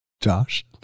Josh